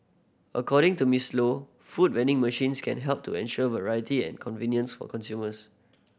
according to Miss Low food vending machines can help to ensure variety and convenience for consumers